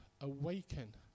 awaken